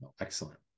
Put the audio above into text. Excellent